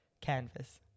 canvas